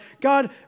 God